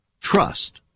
trust